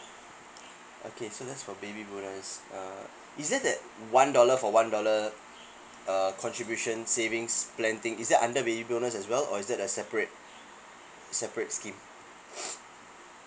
okay so that's for baby bonus uh is it that one dollar for one dollar err contribution savings plan thing is that under baby bonus as well or is that a separate separate scheme